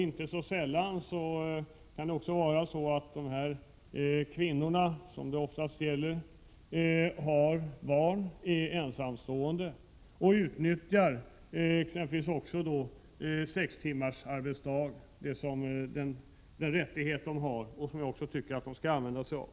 Inte så sällan är dessa kvinnor, som det oftast är, ensamstående med barn och utnyttjar kanske rätten att arbeta sex timmar per dag — en rättighet som jag tycker att de skall använda sig av.